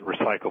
recycle